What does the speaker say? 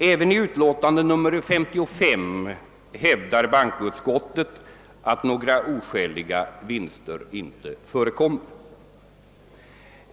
Även i utlåtandet nr 55 hävdar bankoutskottet att några oskäliga vinster inte förekommit.